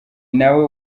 nawe